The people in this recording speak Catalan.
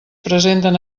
presenten